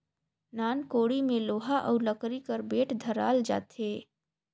नान कोड़ी मे लोहा अउ लकरी कर बेठ धराल जाथे